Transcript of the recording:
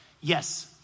yes